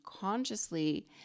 consciously